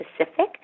specific